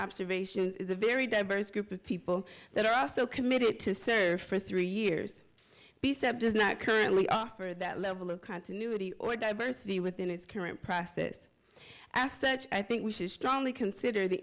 observations is a very diverse group of people that are also committed to serve for three years the sept is not currently offered that level of continuity or diversity within its current process asked such i think we should strongly consider the